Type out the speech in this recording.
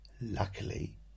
Luckily